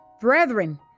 brethren